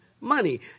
money